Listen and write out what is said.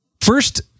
first